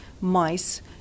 mice